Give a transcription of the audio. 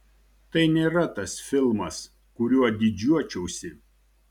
tai nėra tas filmas kuriuo didžiuočiausi